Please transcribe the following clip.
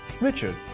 Richard